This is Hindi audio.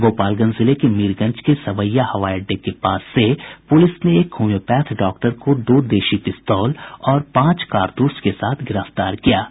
गोपालगंज जिले के मीरगंज के सबैया हवाई अड्डे के पास से पुलिस ने एक होम्योपैथ डॉक्टर को दो देशी पिस्तौल और पांच कारतूस के साथ गिरफ्तार किया है